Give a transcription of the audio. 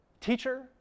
Teacher